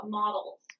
models